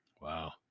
Wow